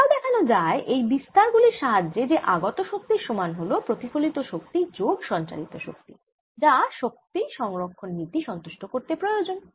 এটাও দেখানো যায় এই বিস্তার গুলির সাহায্যে যে আগত শক্তির সমান হর প্রতিফলিত শক্তি যোগ সঞ্চারিত শক্তি যা শক্তি সংরক্ষণ নীতি সন্তুষ্ট করতে প্রয়োজন